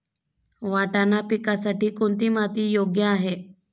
वाटाणा पिकासाठी कोणती माती योग्य आहे?